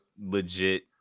legit